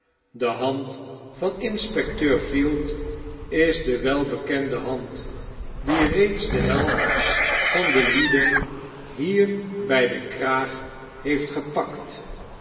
de hand van inspecteur field is de welbekende hand die reeds de helftvande lieden hier by den kraag heeft gepakt